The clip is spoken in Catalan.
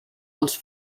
dels